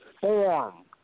form